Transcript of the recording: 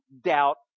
doubt